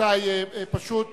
פשוט